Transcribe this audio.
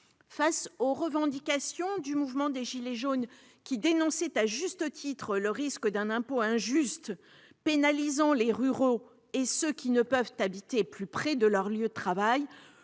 Face aux revendications du mouvement des « gilets jaunes », qui dénonçaient, à juste titre, le risque d'un impôt injuste pénalisant les ruraux et ceux qui ne peuvent habiter plus près de leur lieu de travail,